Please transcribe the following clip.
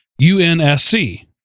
UNSC